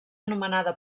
anomenada